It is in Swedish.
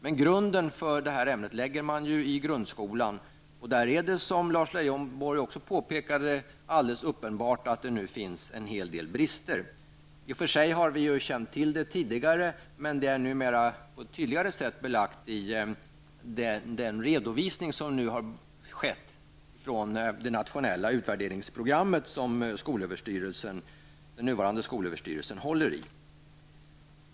Men grunden för detta ämne läggs i grundskolan, och där är det som Lars Leijonborg så riktigt påpekade alldeles uppenbart att det nu finns en hel del brister. Vi har i och för sig känt till dessa tidigare, men det är numera tydligare belagt i den redovisning som nu har skett från det nationella utvärderingsprogrammet som den nuvarande skolöverstyrelsen håller i.